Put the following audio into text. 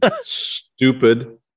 stupid